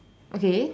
okay